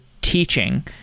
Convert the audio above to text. teaching